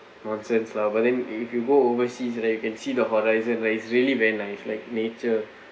nonsense lah but then if you go overseas then you can see the horizon where it's really very nice like nature